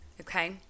okay